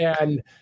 And-